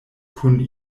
kun